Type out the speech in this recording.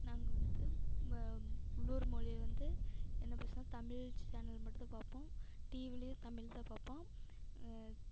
நாங்கள் வந்து உள்ளூர் மொழி வந்து என்ன பேசுவோம் தமிழ் சேனல் மட்டும் தான் பார்ப்போம் டிவிலேயும் தமிழ் தான் பார்ப்போம்